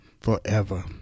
forever